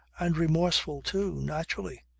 and remorseful too. naturally.